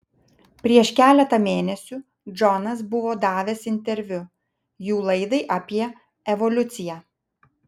prieš keletą mėnesių džonas buvo davęs interviu jų laidai apie evoliuciją